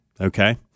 Okay